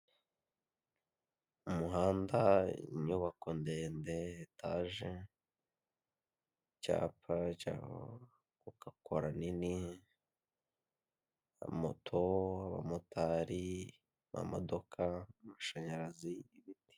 Umuhanda, inyubako ndende, etaje, icyapa cya kokakora nini, moto, abamotari amamodoka, amashanyarazi, ibiti.